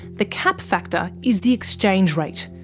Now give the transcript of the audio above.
the cap factor is the exchange rate,